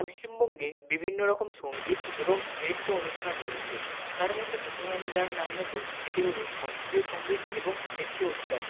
পশ্চিমবঙ্গে বিভিন্ন রকম সঙ্গীত এবং নৃত্য অনুষ্ঠান রয়েছে তার মধ্যে প্রথমে আমি যার নাম নেবো সেটি হলো শাস্ত্রীয় সঙ্গীত এবং নৃত্য উৎসব